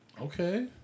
Okay